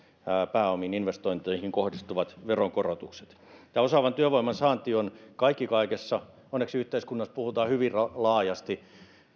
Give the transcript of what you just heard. pääomiin investointeihin kohdistuvat veronkorotukset osaavan työvoiman saanti on kaikki kaikessa onneksi yhteiskunnassa puhutaan hyvin laajasti